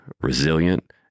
resilient